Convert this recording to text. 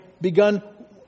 begun